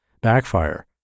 backfire